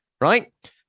right